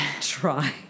try